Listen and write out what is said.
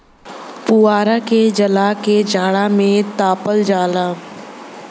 पुवरा के जला के जाड़ा में तापल जाला